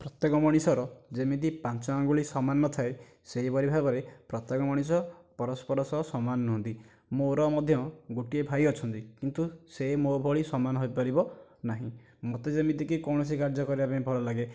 ପ୍ରତ୍ୟେକ ମଣିଷର ଯେମିତି ପାଞ୍ଚ ଆଙ୍ଗୁଳି ସମାନ ନଥାଏ ସେହିପରି ଭାବରେ ପ୍ରତ୍ୟେକ ମଣିଷ ପରସ୍ପର ସହ ସମାନ ନୁହନ୍ତି ମୋର ମଧ୍ୟ ଗୋଟିଏ ଭାଇ ଅଛନ୍ତି କିନ୍ତୁ ସେ ମୋ ଭଳି ସମାନ ହୋଇପାରିବ ନାହିଁ ମୋତେ ଯେମିତିକି କୌଣସି କାର୍ଯ୍ୟ କରିବାକୁ ଭଲ ଲାଗେ